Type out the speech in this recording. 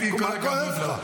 מה כואב לך?